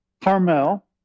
Carmel